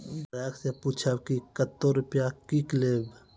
ग्राहक से पूछब की कतो रुपिया किकलेब?